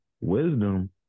wisdom